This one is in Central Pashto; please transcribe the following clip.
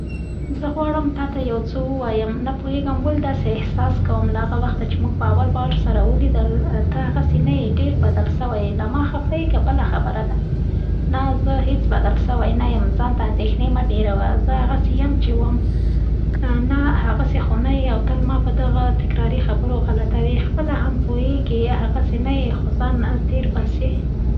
زه غواړم تا ته یوه څه ووایم، نه پوېېږم، ولې داسې احساس کوم، له هغه وخته چي موږ په اول وار سره ولیدل، ته هغسې نه یې، دېر بدل سوی یي، له ما خفه یې که بله خبره ده؟ - نا، زه هېڅ بدل سوی نه یم، ځانته اندېښنې مه ډېروه، زه هغسې یم، چي وم. - نا، هغسې خو نه یې او ته تل ما په دغه تکراري خبرو غلطوې، خپله هم پوېېږې هغسې نه یې خو ځان تېر باسې.